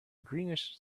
greenish